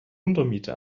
untermiete